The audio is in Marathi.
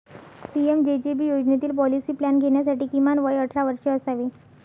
पी.एम.जे.जे.बी योजनेतील पॉलिसी प्लॅन घेण्यासाठी किमान वय अठरा वर्षे असावे